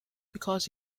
because